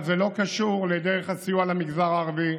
זה לא קשור לדרך הסיוע למגזר הערבי.